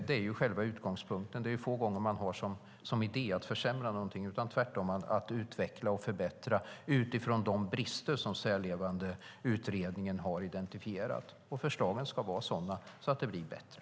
Det är själva utgångspunkten - det är få gånger man har som idé att försämra något, utan tvärtom vill man utveckla och förbättra utifrån de brister som Särlevandeutredningen har identifierat. Förslagen ska vara sådana att det blir bättre.